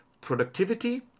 productivity